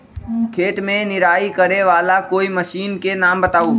खेत मे निराई करे वाला कोई मशीन के नाम बताऊ?